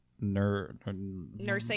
nursing